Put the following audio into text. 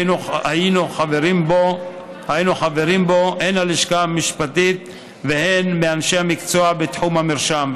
היו בו חברים הן מהלשכה המשפטית והן מאנשי המקצוע בתחום המרשם,